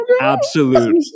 absolute